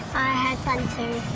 i had fun too.